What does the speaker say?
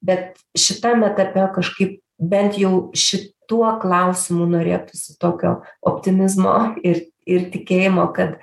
bet šitam etape kažkaip bent jau šituo klausimu norėtųsi tokio optimizmo ir ir tikėjimo kad